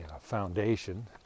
foundation